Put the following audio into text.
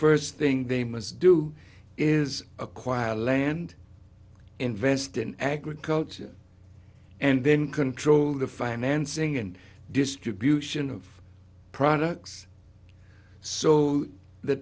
thing they must do is acquire land invest in agriculture and then control the financing and distribution of products so the